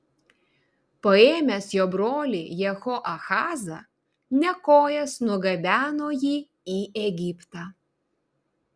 paėmęs jo brolį jehoahazą nekojas nugabeno jį į egiptą